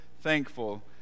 thankful